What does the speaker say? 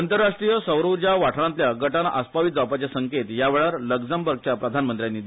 अंतरराष्ट्रीय सौरउर्जा वाठारांतल्या गटान आस्पावित जावपाचे संकेत यावेळार लग्जमबर्गच्या प्रधानमंत्र्यांनी दिले